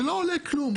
זה לא עולה כלום.